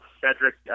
Cedric